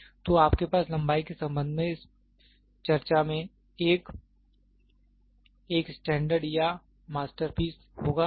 तो आपके पास लंबाई के संबंध में इस चर्चा में एक 1 स्टैंडर्ड या मास्टरपीस होगा